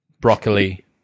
broccoli